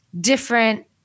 different